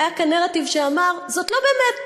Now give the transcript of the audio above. היה כאן נרטיב שאמר: זאת לא באמת,